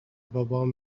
بابام